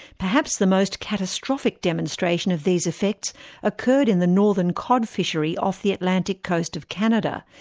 perhaps the most catastrophic demonstration of these effects occurred in the northern cod fishery off the atlantic coast of canada,